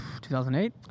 2008